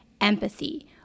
empathy